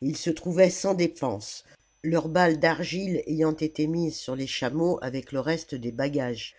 ils se trouvaient sans défense leurs balles d'argile ayant été mises sur les chameaux avec le reste des bagages